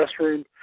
restroom